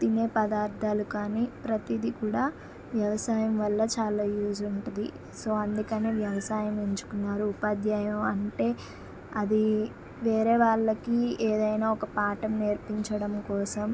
తినే పదార్థాలు కానీ ప్రతీదీ కూడ వ్యవసాయం వల్ల చాలా యూజ్ ఉంటుంది సో అందుకనే వ్యవసాయం ఎంచుకున్నారు ఉపాధ్యాయ అంటే అది వేరే వాళ్ళకి ఏదైనా ఒక పాఠం నేర్పించడం కోసం